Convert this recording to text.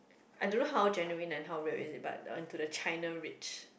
I don't know how genuine and how real is it but uh into a China Rich